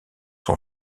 son